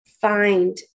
find